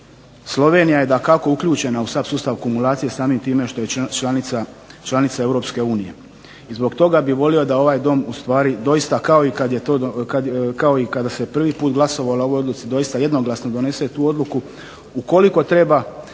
Slovenija je dakako uključena u SAP sustav akumulacije, samim time što je članica Europske unije, i zbog toga bi volio da ovaj Dom ustvari doista, kao i kada se prvi put glasovalo o ovoj odluci doista jednoglasno donese tu odluku, ukoliko treba